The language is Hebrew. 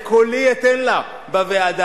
את קולי אתן לה בוועדה,